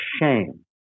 shame